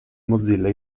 mozilla